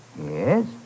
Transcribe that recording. Yes